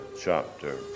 chapter